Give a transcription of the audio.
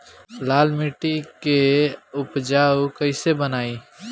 लाल मिट्टी के उपजाऊ कैसे बनाई?